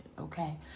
Okay